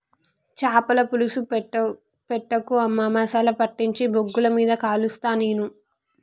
చాపల పులుసు పెట్టకు అమ్మా మసాలా పట్టించి బొగ్గుల మీద కలుస్తా నేను